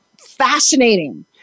fascinating